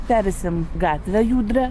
pereisim gatvę judrią